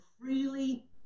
freely